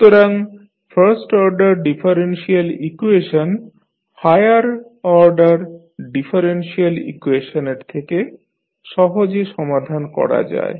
সুতরাং first order differential equation higher order differential ইকুয়েশনের থেকে সহজে সমাধান করা যায়